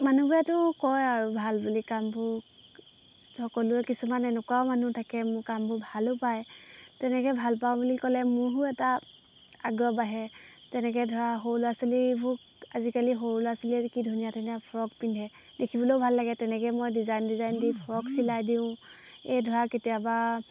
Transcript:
মানুহবোৰেতো কয় আৰু ভাল বুলি কামবোৰ সকলোৱে কিছুমান এনেকুৱাও মানুহ থাকে মোৰ কামবোৰ ভালো পায় তেনেকৈ ভালপাওঁ বুলি ক'লে মোৰো এটা আগ্ৰহ আহে তেনেকৈ ধৰা সৰু ল'ৰা ছোৱালীবোৰ আজিকালি সৰু ল'ৰা ছোৱালীয়ে কি ধুনীয়া ধুনীয়া ফ্ৰক পিন্ধে দেখিবলৈও ভাল লাগে তেনেকৈ মই ডিজাইন ডিজাইন দি ফ্ৰক চিলাই দিওঁ এই ধৰা কেতিয়াবা